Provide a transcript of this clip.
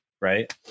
right